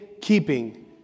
keeping